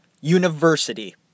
University